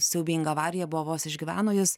siaubinga avarija buvo vos išgyveno jis